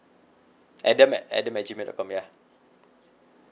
adam at adam at gmail dot com ya